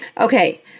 Okay